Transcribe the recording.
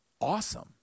awesome